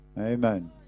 Amen